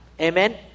Amen